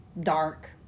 dark